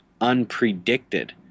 unpredicted